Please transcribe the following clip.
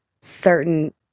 certain